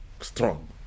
strong